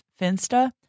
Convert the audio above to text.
Finsta